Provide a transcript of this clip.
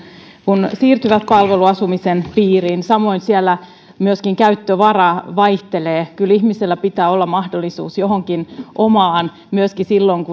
kun siirtyvät palveluasumisen piiriin samoin siellä myöskin käyttövara vaihtelee kyllä ihmisellä pitää olla mahdollisuus johonkin omaan myöskin silloin